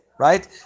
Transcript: Right